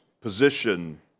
position